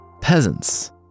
peasants